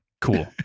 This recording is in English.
Cool